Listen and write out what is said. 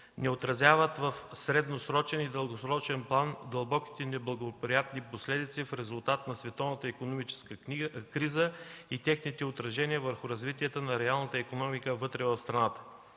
не отразяват в средносрочен и дългосрочен план дълбоките неблагоприятни последици в резултат на световната икономическа криза и техните отражения върху развитието на реалната икономика вътре в страната.